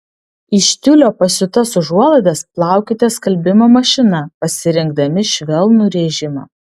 iš tiulio pasiūtas užuolaidas plaukite skalbimo mašina pasirinkdami švelnų režimą